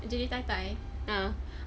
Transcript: nak jadi tai tai uh